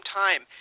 time